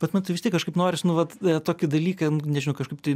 bet man tai vis tiek kažkaip noris nu vat tokį dalyką nežinau kažkaip tai